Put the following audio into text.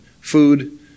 food